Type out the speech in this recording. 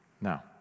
Now